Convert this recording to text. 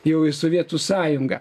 jau į sovietų sąjungą